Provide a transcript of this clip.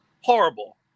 Horrible